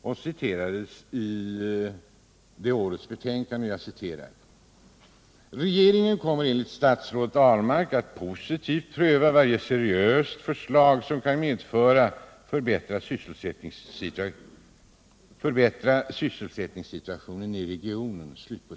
I betänkandet skrevs t.ex. att regeringen ”kommer enligt statsrådet Ahlmark att positivt pröva varje seriöst förslag som kan medföra förbättrad sysselsättningssituation i regionen”.